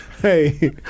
Hey